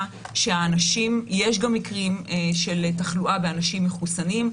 שיש גם מקרים של תחלואה באנשים מחוסנים.